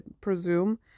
presume